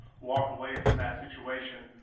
walk away from that situation.